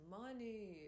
money